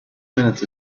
minutes